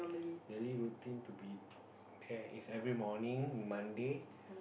daily routine to be prepared is every morning Monday